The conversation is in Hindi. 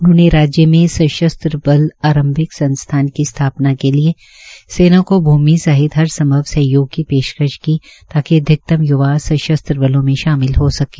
उन्होंने राज्य में सशस्त्र बल आंरभिक संस्थान की स्थापना के लिए सेना को भूमि सहित हरसंभव सहयोग की पेशकश की ताकि अधिकतम यूवा सशस्त्र बलों में शामिल हो सकें